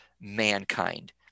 mankind